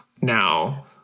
now